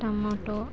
tomato